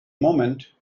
moment